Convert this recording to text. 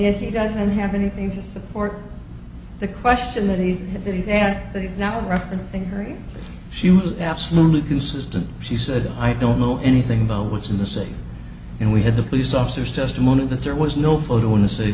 yet he doesn't have anything to say or the question that he is and it's not referencing her she was absolutely consistent she said i don't know anything about what's in the safe and we had the police officers testimony that there was no photo in the city